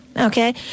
okay